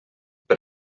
per